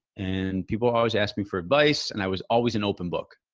and people always ask me for advice. and i was always an open book.